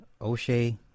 O'Shea